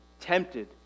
tempted